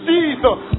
Jesus